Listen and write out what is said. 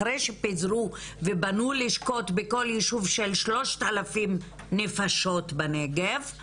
אחרי שפיזרו ובנו לשכות בכל ישוב של שלושת אלפים נפשות בנגב,